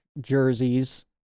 jerseys